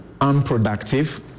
unproductive